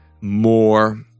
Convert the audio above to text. more